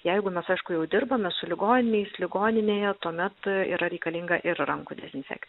jeigu mes aišku jau dirbame su ligoniais ligoninėje tuomet yra reikalinga ir rankų dezinfekcija